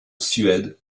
suède